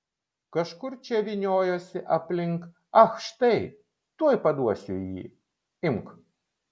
kažkur čia vyniojosi aplink ach štai tuoj paduosiu jį imk